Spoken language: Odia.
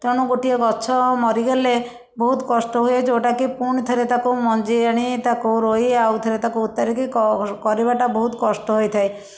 ତେଣୁ ଗୋଟେ ଗଛ ମରିଗଲେ ବହୁତ କଷ୍ଟ ହୁଏ ଯେଉଁଟା କି ପୁଣି ଥରେ ତାକୁ ମଞ୍ଜି ଆଣି ତାକୁ ରୋଇ ଆଉ ଥରେ ତାକୁ ଉତାରି କି କ କରିବାଟା ବହୁତ କଷ୍ଟ ହୋଇଥାଏ